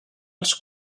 els